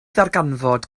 ddarganfod